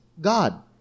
God